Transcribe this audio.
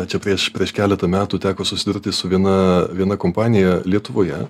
čia prieš prieš keletą metų teko susidurti su viena viena kompanija lietuvoje